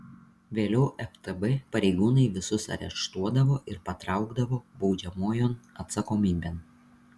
vėliau ftb pareigūnai visus areštuodavo ir patraukdavo baudžiamojon atsakomybėn